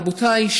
רבותיי,